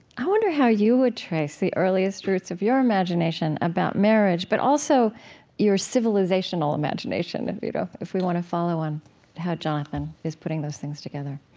i wonder how you would trace the earliest routes of your imagination about marriage, but also your civilizational imagination, you know if we want to follow on how jonathan is putting those things together